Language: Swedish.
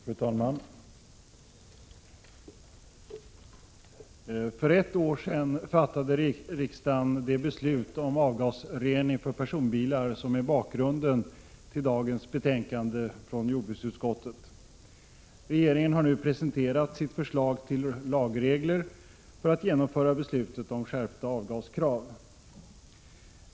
Fru talman! För ett år sedan fattade riksdagen det beslut om avgasrening för personbilar som är bakgrunden till dagens betänkande från jordbruksutskottet. Regeringen har nu presenterat sitt förslag till lagregler för att genomföra beslutet om skärpta avgaskrav.